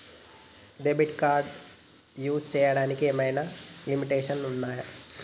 Debit card use చేయడానికి ఏమైనా limitations ఉన్నాయా?